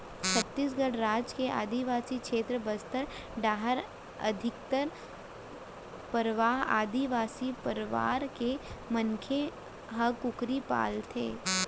छत्तीसगढ़ राज के आदिवासी छेत्र बस्तर डाहर अधिकतर परवार आदिवासी परवार के मनखे ह कुकरी पालथें